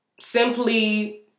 simply